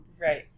right